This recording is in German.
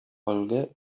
folge